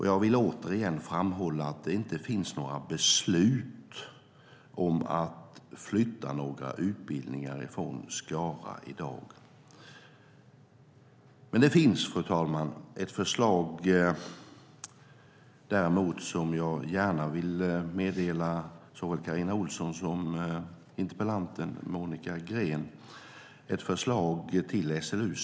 Jag vill också ännu en gång framhålla att det i dag inte finns några beslut om att flytta några utbildningar från Skara. Det finns dock, fru talman, ett förslag till SLU:s styrelse som jag gärna meddelar såväl interpellanten Monica Green som Carina Ohlsson.